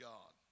God